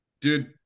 Dude